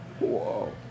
Whoa